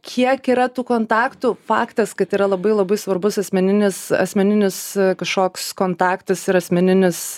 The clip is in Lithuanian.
kiek yra tų kontaktų faktas kad yra labai labai svarbus asmeninis asmeninis kažkoks kontaktas ir asmeninis